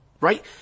right